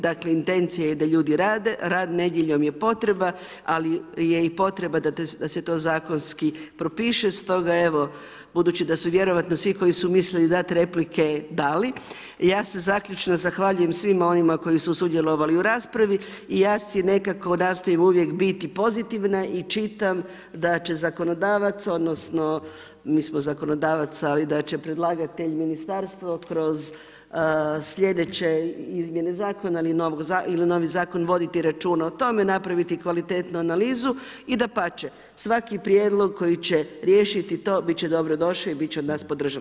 Dakle intencija je da ljudi rade, rad nedjeljom je potreba, ali je i potreba da se to zakonski propiše stoga evo, budući da su vjerojatno svi koji su mislili dat replike dali, ja se zaključno zahvaljujem svima onima koji su sudjelovali u raspravi i ja si nekako nastojim uvijek biti pozitivna i čitam da će zakonodavac, odnosno mi smo zakonodavac, ali da će predlagatelj, ministarstvo, kroz sljedeće izmjene zakona ili novi zakon voditi računa o tome, napraviti kvalitetnu analizu i dapače, svaki prijedlog koji će riješiti to bit će dobrodošao i bit će od nas podržan.